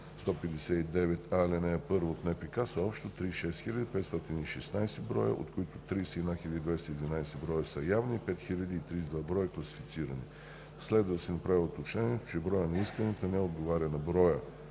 159а, ал. 1 от НПК са общо 36 516 броя, от които 31 211 броя са явни и 5302 броя са класифицирани. Следва да се направи уточнението, че броят на исканията не отговаря на сбора